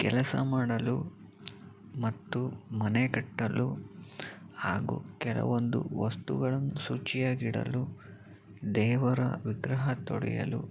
ಕೆಲಸ ಮಾಡಲು ಮತ್ತು ಮನೆ ಕಟ್ಟಲು ಹಾಗೂ ಕೆಲವೊಂದು ವಸ್ತುಗಳನ್ನು ಶುಚಿಯಾಗಿಡಲು ದೇವರ ವಿಗ್ರಹ ತೊಳೆಯಲು